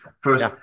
First